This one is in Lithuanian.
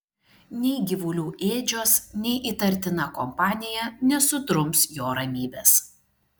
nei gyvulių ėdžios nei įtartina kompanija nesudrums jo ramybės